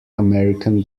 american